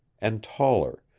and taller,